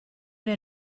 der